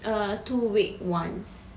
err two week once